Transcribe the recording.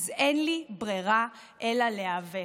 אז אין לי ברירה אלא להיאבק,